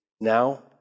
Now